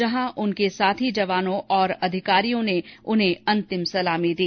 जहां उनके साथी जवानों और अधिकारियों ने उन्हें अंतिम सलामी दी